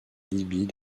libye